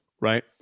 right